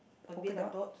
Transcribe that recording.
polka dots